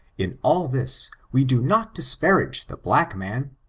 in all this we do not dis parage the black man,